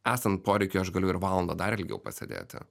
esant poreikiui aš galiu ir valandą dar ilgiau pasėdėti